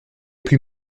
plus